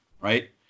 right